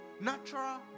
natural